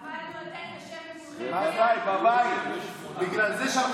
חברת הכנסת קארין אלהרר, בבקשה.